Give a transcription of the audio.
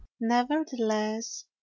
Nevertheless